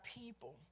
people